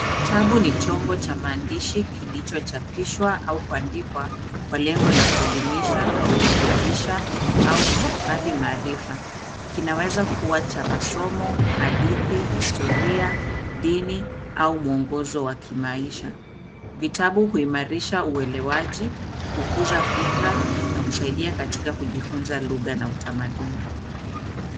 Kitabu ni chombo cha maandishi kilichochapishwa au kuandikwa kwa lengo la kuelimisha, kuburudisha, au kuhifadhi maarifa. Kinaweza kuwa cha masomo, hadithi, historia, dini, au mwongozo wa kimaisha. Vitabu huimarisha uelewaji, hukuza fikra, na kusaidia katika kujifunza lugha na utamaduni.